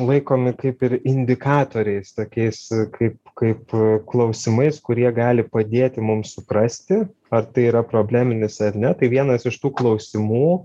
laikomi kaip ir indikatoriais tokiais kaip kaip klausimais kurie gali padėti mums suprasti ar tai yra probleminis ar ne tai vienas iš tų klausimų